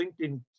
LinkedIn